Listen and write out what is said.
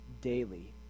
daily